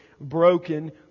broken